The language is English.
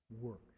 work